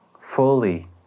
fully